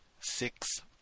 six